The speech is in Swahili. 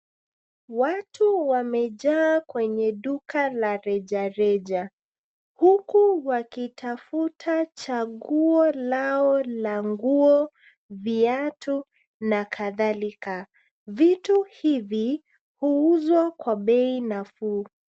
Watu wamejaa kwenye duka la rejareja, huku wakitafuta chaguo lao la nguo, viatu na kadhalika. Vitu hivi huuzwa kwa bei nafuu.